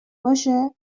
باشه